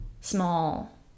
small